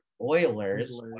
Oilers